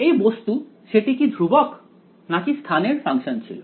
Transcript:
এই বস্তু সেটি কি ধ্রুবক নাকি স্থান এর ফাংশন ছিল